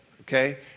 okay